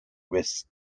risks